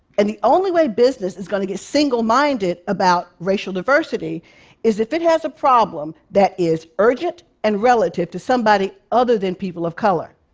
and the only way business is going to get single-minded about racial diversity is if it has a problem that is urgent and relative to somebody somebody other than people of color.